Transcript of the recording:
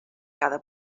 cada